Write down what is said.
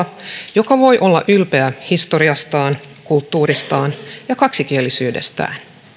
voi olla ylpeä historiastaan kulttuuristaan ja kaksikielisyydestään